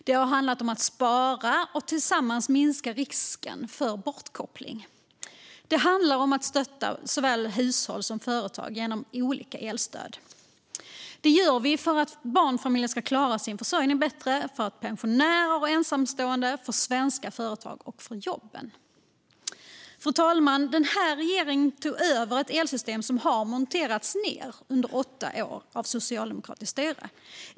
Det har handlat om att spara och tillsammans minska risken för bortkoppling. Det handlar om att stötta såväl hushåll som företag genom olika elstöd. Det gör vi för att barnfamiljer ska klara sin försörjning bättre, och det gör vi för pensionärer, för ensamstående, för svenska företag och för jobben. Fru talman! Den här regeringen tog över ett elsystem som monterats ned under åtta år av socialdemokratiskt styre.